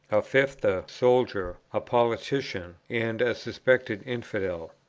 a fifth a soldier, a politician, and a suspected infidel,